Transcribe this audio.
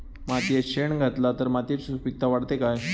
मातयेत शेण घातला तर मातयेची सुपीकता वाढते काय?